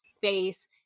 face